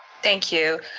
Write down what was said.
thank you.